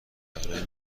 برای